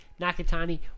Nakatani